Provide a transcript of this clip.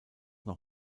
noch